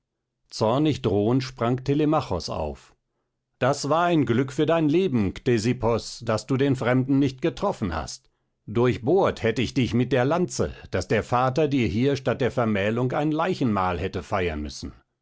zornig drohend sprang telemachos auf das war ein glück für dein leben ktesippos daß du den fremden nicht getroffen hast durchbohrt hätt ich dich mit der lanze daß der vater dir hier statt der vermählung ein leichenmahl hätte feiern müssen